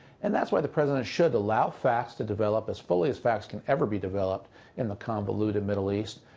and that's why the president should allow facts to develop as fully as facts can ever be developed in a convoluted middle east,